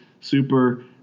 super